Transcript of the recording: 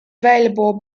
available